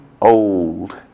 old